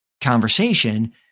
conversation